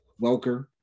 Welker